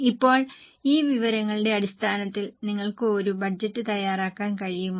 ഇപ്പോൾ ഈ വിവരങ്ങളുടെ അടിസ്ഥാനത്തിൽ നിങ്ങൾക്ക് ഒരു ബജറ്റ് തയ്യാറാക്കാൻ കഴിയുമോ